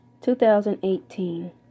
2018